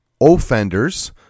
offenders